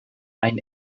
ein